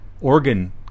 organ